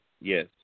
Yes